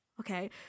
okay